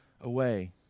away